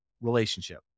relationship